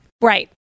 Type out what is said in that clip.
Right